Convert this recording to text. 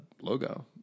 logo